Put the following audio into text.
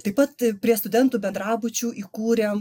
taip pat prie studentų bendrabučių įkūrėm